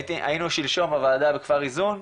היינו שלשום בוועדה בכפר איזון,